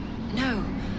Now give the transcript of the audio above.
No